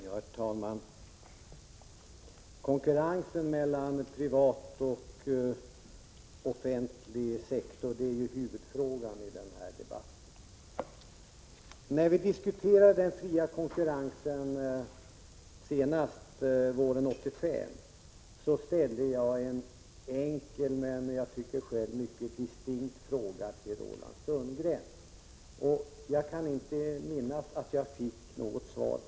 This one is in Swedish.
Herr talman! Konkurrensen mellan privat och offentlig sektor är ju huvudfrågan i den här debatten. När vi diskuterade den fria konkurrensen senast, våren 1985, ställde jag en enkel men som jag själv tycker mycket distinkt fråga till Roland Sundgren. Jag kan inte minnas att jag fick något svar.